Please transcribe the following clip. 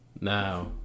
Now